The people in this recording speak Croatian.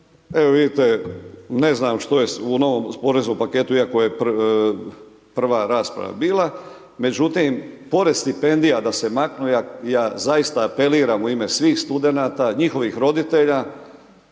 Evo vidite, ne znam što je u novom poreznom paketu iako je prva rasprava bila. Međutim, pored stipendija da se maknu, ja zaista apeliram u ime svih studenata, njihovih roditelja.